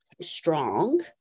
strong